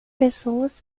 pessoas